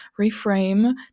reframe